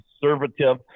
conservative